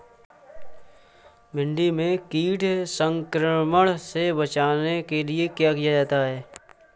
भिंडी में कीट संक्रमण से बचाने के लिए क्या किया जाए?